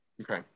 Okay